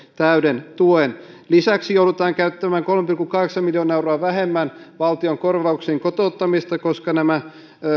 täyden tuen lisäksi joudutaan käyttämään kolme pilkku kahdeksan miljoonaa euroa vähemmän valtion korvauksiin kotouttamisessa koska nämä